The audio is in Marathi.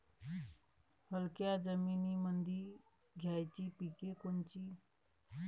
हलक्या जमीनीमंदी घ्यायची पिके कोनची?